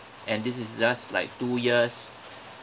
and this is just like two years